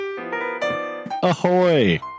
Ahoy